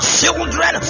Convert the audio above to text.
children